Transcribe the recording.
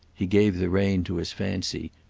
he gave the rein to his fancy.